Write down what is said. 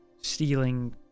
stealing